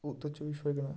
Uttar Chabbis Pargana